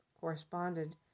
corresponded